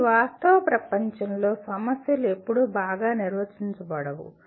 కానీ వాస్తవ ప్రపంచంలో సమస్యలు ఎప్పుడూ బాగా నిర్వచించబడవు